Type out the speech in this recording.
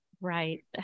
Right